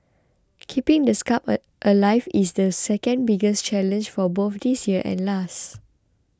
keeping the spark alive is the second biggest challenge for both this year and last